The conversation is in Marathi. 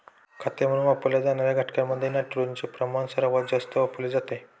खते म्हणून वापरल्या जाणार्या घटकांमध्ये नायट्रोजनचे प्रमाण सर्वात जास्त वापरले जाते